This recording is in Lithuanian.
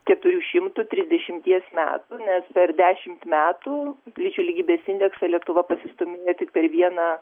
keturių šimtų trisdešimties metų nes per dešimt metų lyčių lygybės indekse indekse lietuva pasistūmėjo tik per vieną